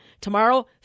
Tomorrow